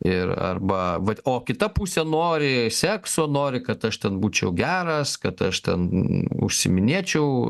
ir arba vat o kita pusė nori sekso nori kad aš ten būčiau geras kad aš ten užsiiminėčiau